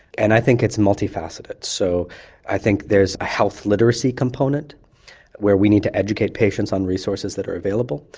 and i think it's multifaceted. so i think there's a health literacy component where we need to educate patients on resources that are available.